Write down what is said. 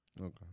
Okay